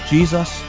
Jesus